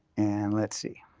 and let's see.